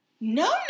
No